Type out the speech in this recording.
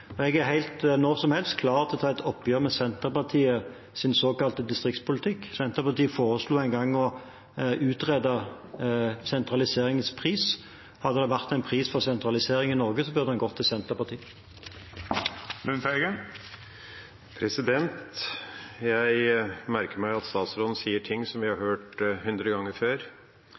Senterpartiet. Jeg er når som helst helt klar til å ta et oppgjør med Senterpartiets såkalte distriktspolitikk. Senterpartiet foreslo en gang å utrede en sentraliseringspris. Hadde det vært en pris for sentralisering i Norge, burde den gått til Senterpartiet. Jeg merker meg at statsråden sier ting som vi har hørt hundre ganger før.